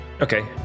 Okay